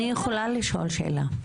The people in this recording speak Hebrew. אני יכולה לשאול שאלה?